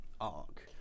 arc